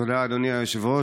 תודה, אדוני היושב-ראש.